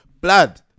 blood